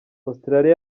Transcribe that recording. australia